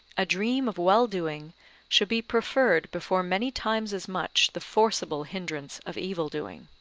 a dream of well-doing should be preferred before many times as much the forcible hindrance of evil-doing.